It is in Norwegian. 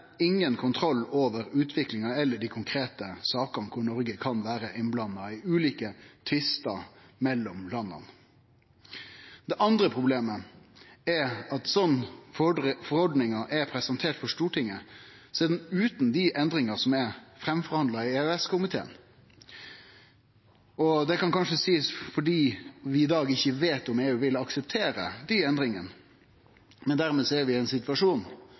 ingen kontroll over utviklinga eller dei konkrete sakene der Noreg kan vere innblanda i ulike tvistar mellom landa. Det andre problemet er at slik forordninga er presentert for Stortinget, er ho utan dei endringane som er forhandla fram i EØS-komiteen. Det kan kanskje seiast fordi vi i dag ikkje veit om EU vil akseptere endringane, men dermed er vi i ein situasjon